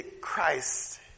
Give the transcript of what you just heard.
Christ